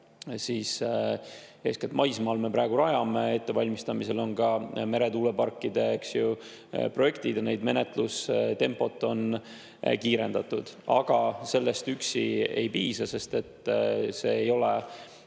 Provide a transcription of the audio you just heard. eeskätt maismaal, me praegu rajame. Ettevalmistamisel on ka meretuuleparkide projektid ja nende menetluste tempot on kiirendatud. Aga sellest üksi ei piisa, sest see ei ole